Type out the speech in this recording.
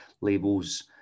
labels